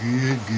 good